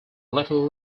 little